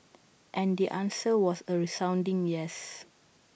and the answer was A resounding yes